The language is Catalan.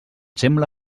sembla